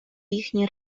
їхні